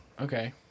Okay